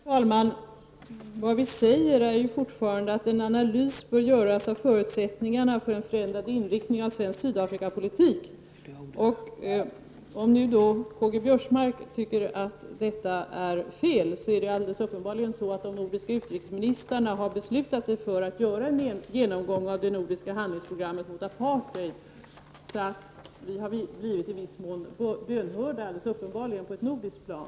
Fru talman! Det vi säger är fortfarande att en analys bör göras av förutsättningarna för en förändrad inriktning av svensk Sydafrikapolitik. Även om Karl-Göran Biörsmark tycker att detta är fel, är det alldeles uppenbart att de nordiska utrikesministrarna har beslutat sig för att göra en genomgång av det nordiska handlingsprogrammet mot apartheid. Vi har alldeles uppenbarligen i viss mån blivit bönhörda på ett nordiskt plan.